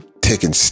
taking